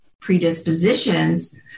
predispositions